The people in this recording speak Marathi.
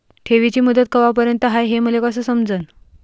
ठेवीची मुदत कवापर्यंत हाय हे मले कस समजन?